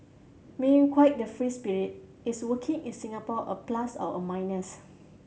being quite the free spirit is working in Singapore a plus or a minus